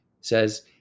says